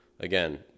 Again